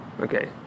Okay